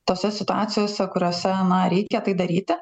tose situacijose kuriose na reikia tai daryti